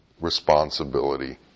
responsibility